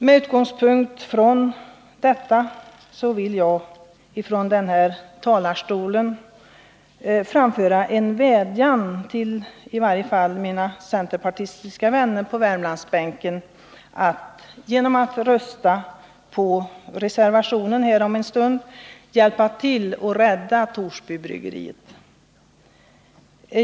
Med denna utgångspunkt vill jag framföra en vädjan till Ivar Franzén och mina centerpartistiska vänner på Värmlandsbänken — att de genom att rösta med reservationen här om en stund skall hjälpa till att rädda Torsbybryggeriet.